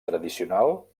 tradicional